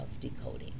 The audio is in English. decoding